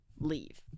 Leave